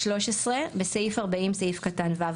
(13) בסעיף 40, סעיף קטן (ו)